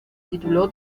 tituló